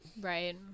Right